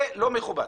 זה לא מכובד.